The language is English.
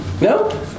no